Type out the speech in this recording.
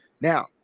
Now